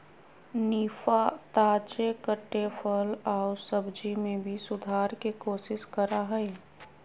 निफा, ताजे कटे फल आऊ सब्जी में भी सुधार के कोशिश करा हइ